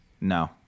No